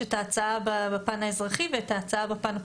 יש את ההצעה בפן האזרחי ואת ההצעה בפן הפלילי.